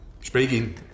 Speaking